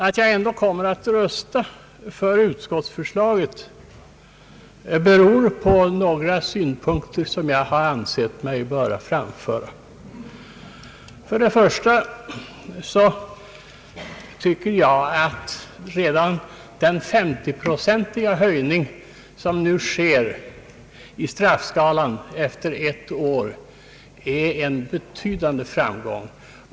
Att jag ändå kommer att rösta för utskottsförslaget beror på några synpunkter som jag har ansett mig böra anföra. För det första tycker jag att redan den 50-procentiga höjning som nu sker i straffskalan efter ett år är en betydande framgång.